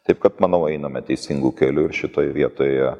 taip kad manau einame teisingu keliu ir šitoj vietoje